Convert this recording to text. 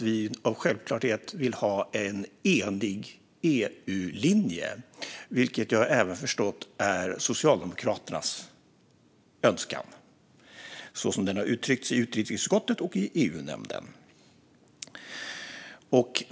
Vi vill självklart ha en enig EU-linje - jag har förstått att detta även är Socialdemokraternas önskan, så som den har uttryckts i utrikesutskottet och i EU-nämnden.